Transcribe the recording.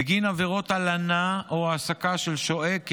בגין עבירות הלנה או העסקה של שוהה שלא